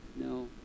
no